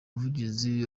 umuvugizi